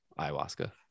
ayahuasca